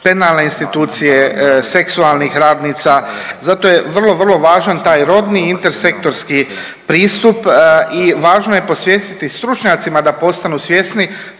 penalne institucije, seksualnih radnica zato je vrlo, vrlo važan taj rodni intersektorski pristup i važno je posvijestiti stručnjacima da postanu svjesni